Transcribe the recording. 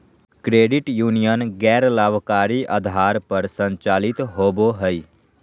credit union गैर लाभकारी आधार पर संचालित होबो हइ